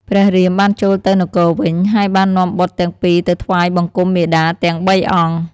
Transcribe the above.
ព្រះរាមបានចូលទៅនគរវិញ ហើយបាននាំបុត្រទាំងពីរទៅថ្វាយបង្គំមាតាទាំងបីអង្គ។